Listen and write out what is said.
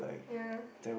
ya